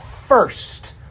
first